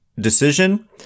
decision